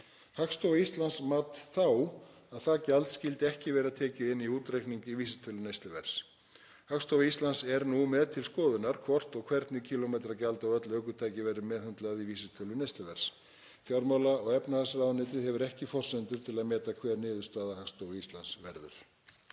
Hagstofa Íslands mat þá að það gjald skyldi ekki vera tekið inn í útreikning í vísitölu neysluverðs. Hagstofa Íslands er nú með til skoðunar hvort og hvernig kílómetragjald á öll ökutæki verður meðhöndlað í vísitölu neysluverðs. Fjármála- og efnahagsráðuneytið hefur ekki forsendur til að meta hver niðurstaða Hagstofu Íslands verður.